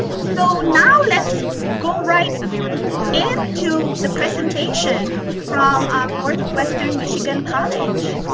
so now let's go right into the presentation from um northwestern michigan college.